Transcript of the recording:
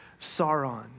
Sauron